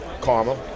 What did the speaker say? Karma